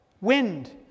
Wind